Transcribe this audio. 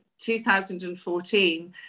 2014